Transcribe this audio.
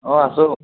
অঁ আছোঁ